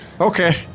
Okay